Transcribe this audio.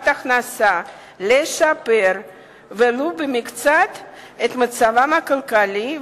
הכנסה לשפר ולו במקצת את מצבם הכלכלי,